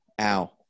Ow